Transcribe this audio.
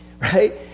Right